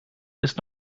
ist